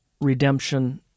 redemption